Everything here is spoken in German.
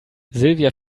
silvia